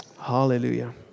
Hallelujah